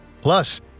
Plus